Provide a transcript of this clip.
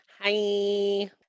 hi